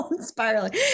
spiraling